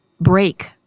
break